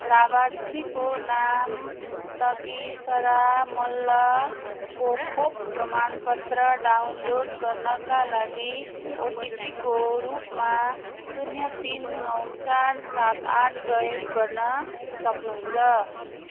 लाभार्थीको नाम तगिसरा मल्लको खोप प्रमाणपत्र डाउनलोड गर्नका लागि ओटिपीको रूपमा शून्य तिन नौ चार सात आठ प्रयोग गर्न सक्नुहुन्छ